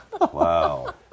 Wow